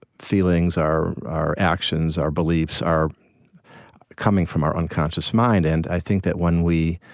feelings, our our actions, our beliefs, are coming from our unconscious mind. and i think that when we